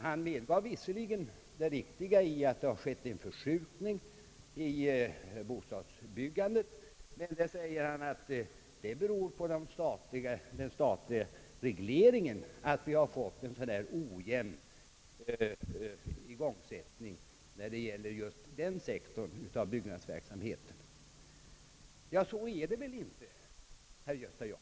Han medgav visserligen det riktiga i att det har skett en förskjutning i bostadsbyggandet, men det ansåg han bero på den statliga regleringen, vilken medfört en ojämn igångsättning inom just den sektorn av byggnadsverksamheten. Nå, så är det väl inte, herr Gösta Jacobsson.